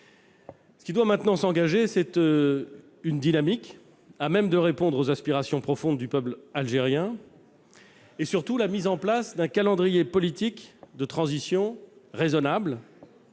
Ce qui doit maintenant s'engager, c'est une dynamique à même de répondre aux aspirations profondes du peuple algérien, avec, surtout, l'élaboration d'un calendrier politique de transition raisonnable,